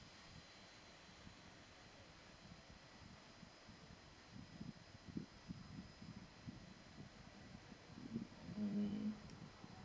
mmhmm